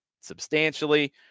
substantially